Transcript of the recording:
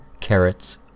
carrots